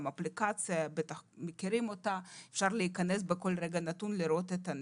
אפליקציה שאפשר להיכנס אליה בכל רגע נתון ולראות את הנתונים.